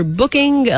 booking